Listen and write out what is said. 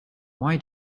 why